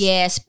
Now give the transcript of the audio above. Yes